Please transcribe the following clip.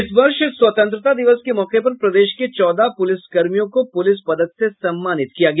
इस वर्ष स्वतंत्रता दिवस के मौके पर प्रदेश के चौदह पुलिसकर्मियों को पुलिस पदक से सम्मानित किया गया